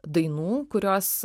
dainų kurios